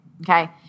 Okay